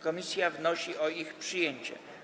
Komisja wnosi o ich przyjęcie.